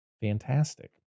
fantastic